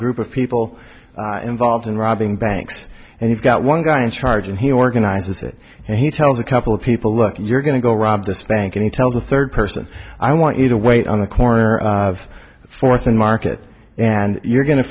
group of people involved in robbing banks and you've got one guy in charge and he organizes it and he tells a couple of people look you're going to go rob this bank any tells a third person i want you to wait on the corner of fourth and market and you're go